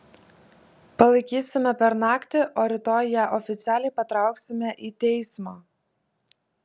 palaikysime per naktį o rytoj ją oficialiai patrauksime į teismą